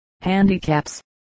handicaps